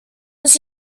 was